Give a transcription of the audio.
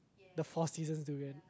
the four seasons durian